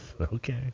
Okay